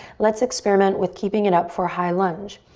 let's experiment with keeping it up for high lunge.